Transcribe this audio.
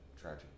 Tragic